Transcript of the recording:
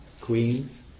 Queens